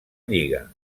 lliga